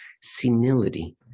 senility